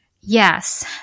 Yes